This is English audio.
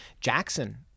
Jackson